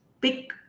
pick